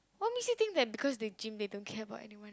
what makes you think that because they gym they don't care about anyone